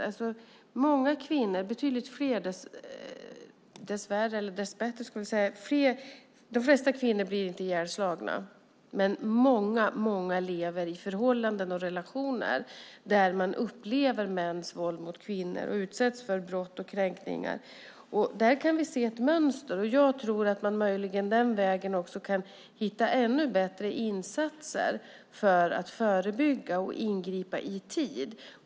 De flesta kvinnor som utsätts för våld blir inte ihjälslagna, men många lever i förhållanden och relationer där de upplever mäns våld mot kvinnor och utsätts för brott och kränkningar. Där kan vi se ett mönster, och jag tror att man möjligen den vägen också kan hitta ännu bättre insatser för att förebygga och ingripa i tid.